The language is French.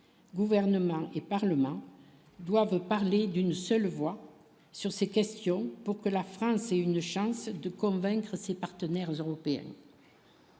gouvernement et Parlement doivent parler d'une seule voix sur ces questions, pour que la France est une chance de convaincre ses partenaires européens.